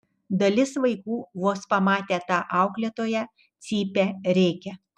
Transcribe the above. dalis vaikų vos pamatę tą auklėtoją cypia rėkia